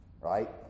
right